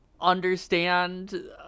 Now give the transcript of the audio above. understand